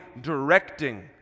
directing